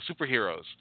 superheroes